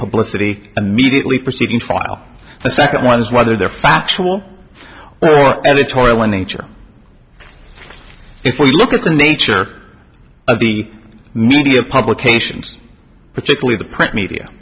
publicity immediately preceding trial the second one is whether they're factual or editorial in nature if we look at the nature of the media publications particularly the print media